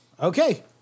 Okay